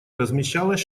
размещалась